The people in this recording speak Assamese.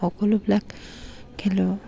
সকলোবিলাক খেলোঁ